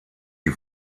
die